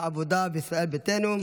העבודה וישראל ביתנו.